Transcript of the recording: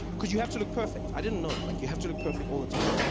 because you have to look perfect. i didn't know, like you have to look perfect all the time.